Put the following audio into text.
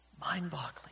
mind-boggling